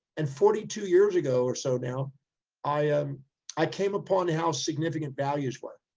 and forty two years ago, or so now i um i came upon how significant values were.